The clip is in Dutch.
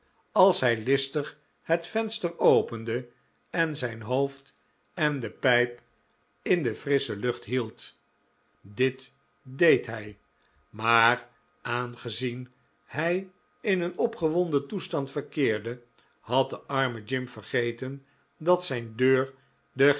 als hij listig het venster opende en zijn hoofd en de pijp in de frissche lucht hield dit deed hij maar aangezien hij in een opgewonden toestand verkeerde had de arme jim vergeten dat zijn deur